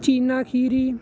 ਚੀਨਾ ਖੀਰੀ